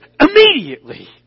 immediately